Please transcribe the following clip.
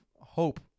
hope